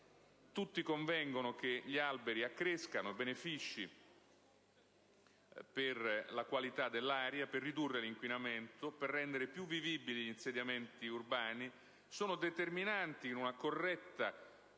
Tutti convengono sui benefici degli alberi per la qualità dell'aria, per ridurre l'inquinamento e rendere più vivibili gli insediamenti urbani, sono determinanti in una corretta